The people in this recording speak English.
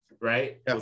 Right